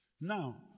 Now